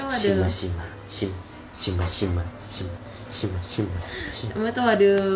shimah shimah shim~ shimah shimah shim~ shimah shimah shim~